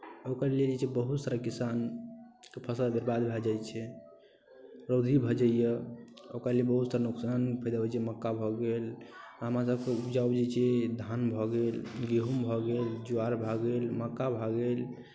ओहिके लिए जे छै बहुत सारा किसानके फसल बरबाद भऽ जाइ छै रौदी भऽ जाइए ओकरा लिए बहुत सा नुकसान फेर अबै छै मक्का भऽ गेल हमरासभ उपजा होइ छै धान भऽ गेल गहुँम भऽ गेल ज्वार भऽ गेल मक्का भऽ गेल